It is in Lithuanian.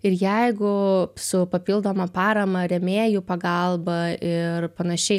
ir jeigu su papildoma parama rėmėjų pagalba ir panašiai